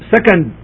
Second